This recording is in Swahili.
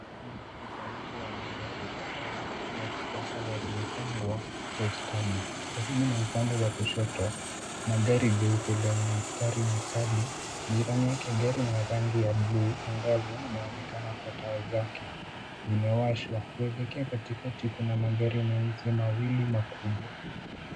Kuna mkusanyiko wa magari kadha ya kisasa yaliyopangwa kwa ustadi. Karibu na upande wa kushoto, kuna gari jeupe lenye mistari mikali. Jirani yake gari ni la rangi ya buluu angau, inaonekana kuwa taa zake zimewashwa. Kuelekea katikati kuna magari meusi mawili makubwa.